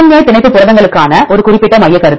ஏ பிணைப்பு புரதங்களுக்கான ஒரு குறிப்பிட்ட மையக்கருத்து